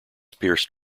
perce